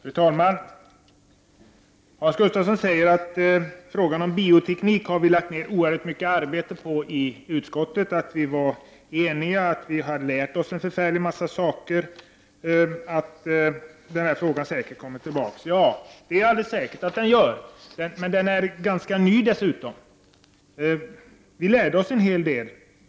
Fru talman! Hans Gustafsson säger att frågan om bioteknik har vi lagt ned oerhört mycket arbete på i utskottet, vi var eniga, vi har lärt oss väldigt mycket och frågan kommer säkert tillbaka. Ja, det är helt säkert att den gör det. Den är dessutom ganska ny. Vi lärde oss en hel del.